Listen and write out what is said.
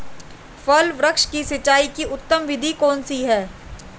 फल वृक्ष की सिंचाई की उत्तम विधि कौन सी है?